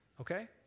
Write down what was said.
Okay